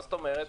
מה זאת אומרת?